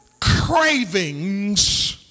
Cravings